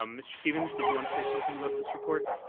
um mr. stevens, did you want to say something about this report?